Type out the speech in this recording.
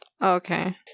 Okay